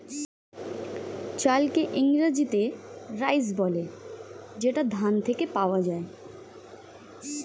চালকে ইংরেজিতে রাইস বলে যেটা ধান থেকে পাওয়া যায়